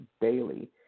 daily